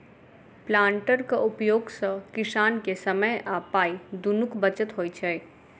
प्लांटरक उपयोग सॅ किसान के समय आ पाइ दुनूक बचत होइत छै